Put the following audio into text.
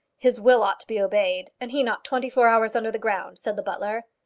his will ought to be obeyed, and he not twenty-four hours under the ground, said the butler.